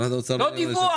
לא דיווח.